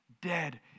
dead